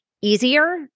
easier